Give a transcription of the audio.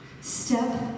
Step